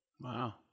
Wow